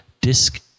disk